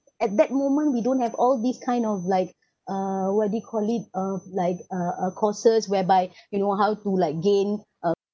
at that moment we don't have all these kind of like uh what do you call it uh like uh uh courses whereby you know how to like gain uh